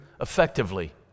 effectively